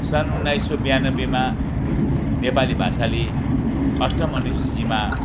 सन् उन्नाइस सौ ब्यानब्बेमा नेपाली भाषाले अष्टम अनुसूचीमा